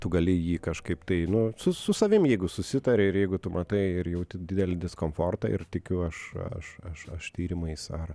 tu gali jį kažkaip tai nu su su savim jeigu susitari ir jeigu tu matai ir jauti didelį diskomfortą ir tikiu aš aš aš tyrimais ar